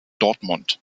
dortmund